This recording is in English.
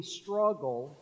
struggle